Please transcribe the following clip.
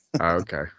Okay